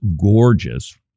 gorgeous